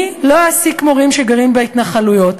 אני לא אעסיק מורים שגרים בהתנחלויות.